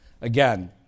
Again